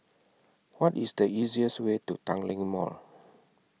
What IS The easiest Way to Tanglin Mall